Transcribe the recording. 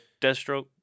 Deathstroke